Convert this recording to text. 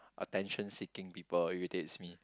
attention seeking people irritates me